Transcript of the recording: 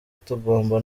tugomba